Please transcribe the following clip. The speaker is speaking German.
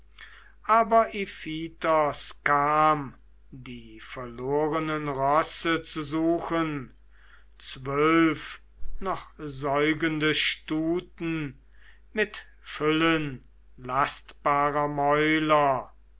aber iphitos kam die verlorenen rosse zu suchen zwölf noch säugende stuten mit füllen lastbarer mäuler